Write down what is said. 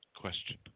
question